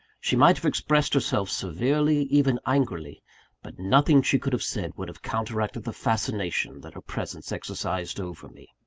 she might have expressed herself severely, even angrily but nothing she could have said would have counteracted the fascination that her presence exercised over me.